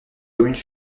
communes